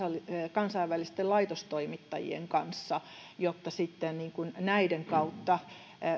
kansainvälisten laitostoimittajien kanssa jotta sitten näiden kautta